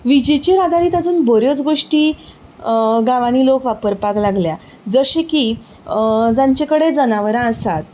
विजेचेर आदारीत आसून बऱ्योच गोष्टी गांवांनी लोक वापरपाक लागल्या जशें की जांचे कडेन जनावरां आसात